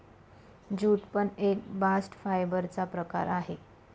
jute पण एक bast fibre चा प्रकार आहे